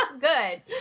Good